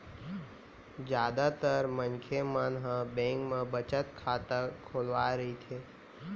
जादातर मनखे मन ह बेंक म बचत खाता खोलवाए रहिथे